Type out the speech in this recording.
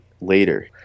later